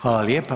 Hvala lijepa.